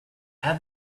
add